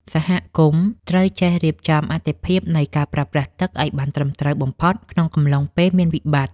សហគមន៍ត្រូវចេះរៀបចំអាទិភាពនៃការប្រើប្រាស់ទឹកឱ្យបានត្រឹមត្រូវបំផុតក្នុងកំឡុងពេលមានវិបត្តិ។